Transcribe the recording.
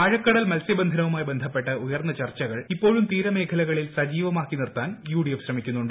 ആഴക്കടൽ മത്സ്യ ബന്ധനവുമായി ബന്ധപ്പെട്ട് ഉയർന്ന ചർച്ചകൾ ഇപ്പോഴും തീരമേഖലകളിൽ സജീവമാക്കി നിർത്താൻ യു ഡി എഫ് ശ്രമിക്കുന്നുണ്ട്